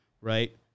right